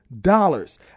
dollars